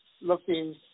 looking